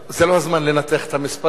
טוב, זה לא הזמן לנתח את המספרים.